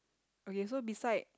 okay so beside